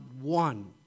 one